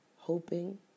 Hoping